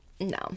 No